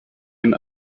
ein